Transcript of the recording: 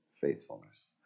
faithfulness